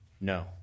No